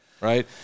right